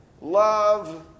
love